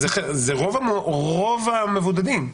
זה רוב המבודדים.